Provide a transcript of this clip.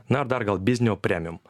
na ir dar gal biznio premium